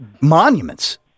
Monuments